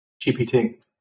GPT